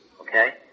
Okay